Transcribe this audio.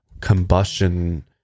combustion